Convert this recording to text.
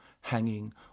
hanging